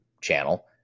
channel